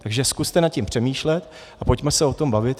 Takže zkuste nad tím přemýšlet a pojďme se o tom bavit.